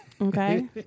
Okay